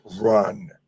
run